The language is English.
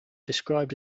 described